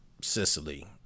Sicily